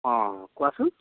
অঁ কোৱাচোন